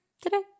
today